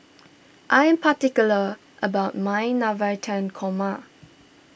I am particular about my Navratan Korma